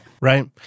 Right